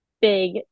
big